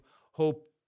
hope